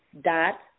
dot